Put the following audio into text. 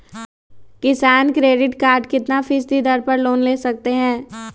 किसान credit card कितना फीसदी दर पर लोन ले सकते हैं?